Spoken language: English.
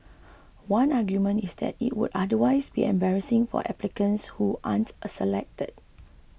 one argument is that it would otherwise be embarrassing for applicants who aren't selected